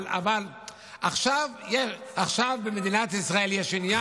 אבל עכשיו במדינת ישראל יש עניין,